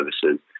services